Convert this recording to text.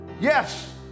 yes